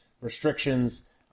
restrictions